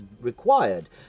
required